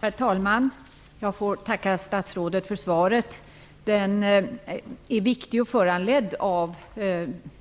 Herr talman! Jag får tacka statsrådet för svaret. Frågan är viktig, och den är föranledd av